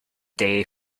day